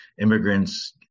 immigrants